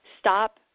Stop